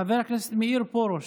חבר הכנסת מאיר פרוש.